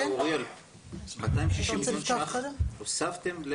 260 מיליון שקלים הוספתם?